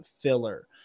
filler